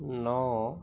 ন